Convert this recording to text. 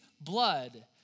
blood